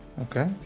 Okay